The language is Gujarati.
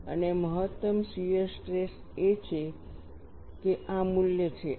અને મહત્તમ શિયર સ્ટ્રેસ એ છે કે આ મૂલ્ય છે